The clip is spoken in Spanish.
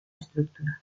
estructura